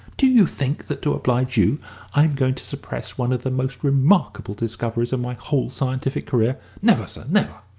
do you think that to oblige you i'm going to suppress one of the most remarkable discoveries of my whole scientific career? never, sir never!